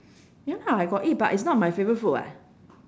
ya lah I got eat but it's not my favourite food [what]